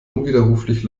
unwiderruflich